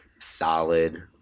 solid